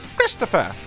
Christopher